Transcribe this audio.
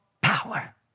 power